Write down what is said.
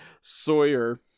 Sawyer